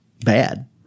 bad